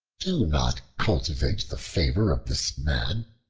do not cultivate the favor of this man,